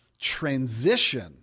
transition